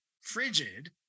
frigid